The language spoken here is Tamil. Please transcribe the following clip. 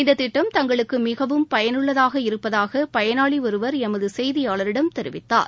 இந்த திட்டம் தங்களுக்கு மிகவும் பயனுள்ளதாக இருப்பதாக பயனாளி ஒருவர் எமது செய்தியாளரிடம் தெரிவித்தார்